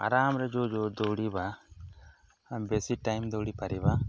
ଆରାମରେ ଯେଉଁ ଯେଉଁ ଦୌଡ଼ିବା ବେଶୀ ଟାଇମ୍ ଦୌଡ଼ି ପାରିବା